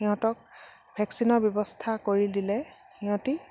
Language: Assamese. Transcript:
সিহঁতক ভেকচিনৰ ব্যৱস্থা কৰি দিলে সিহঁতে